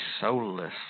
soulless